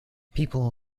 people